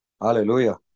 Hallelujah